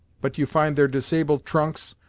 but you find their disabled trunks,